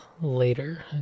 later